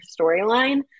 storyline